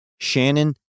Shannon